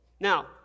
Now